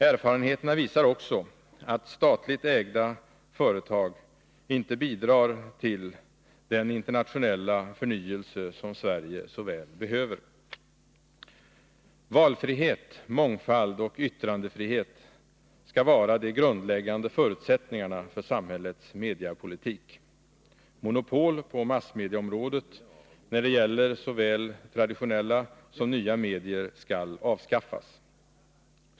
Erfarenheterna visar också att statligt ägande av företag inte bidrar till den internationella förnyelse som Sverige så väl behöver. Valfrihet, mångfald och yttrandefrihet skall vara de grundläggande förutsättningarna för samhällets mediepolitik. Monopol på massmedieområdet när det gäller såväl traditionella som nya medier skall avskaffas.